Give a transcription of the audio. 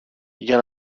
για